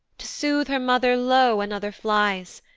to sooth her mother, lo! another flies,